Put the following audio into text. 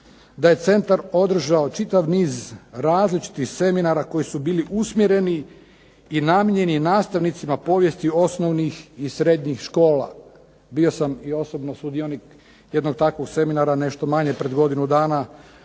da je Centar održao čitav niz raznih seminara koji su bili usmjereni i namijenjeni nastavnicima povijesti osnovnih i srednjih škola. Bio sam i osobno sudionik jednog takvog seminara nešto manje pred godinu dana